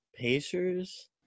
Pacers